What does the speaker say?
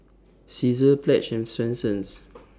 Cesar Pledge and Swensens